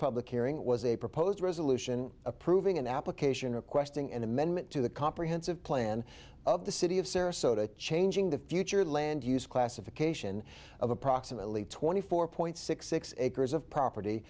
public hearing was a proposed resolution approving an application requesting an amendment to the comprehensive plan of the city of sarasota changing the future land use classification of approximately twenty four point six six acres of property